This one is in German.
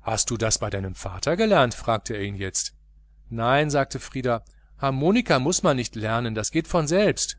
hast du das bei deinem vater gelernt fragte er ihn jetzt nein sagte frieder harmonika muß man nicht lernen das geht von selbst